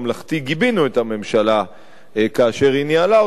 גיבינו את הממשלה כאשר היא ניהלה אותן,